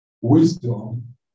Wisdom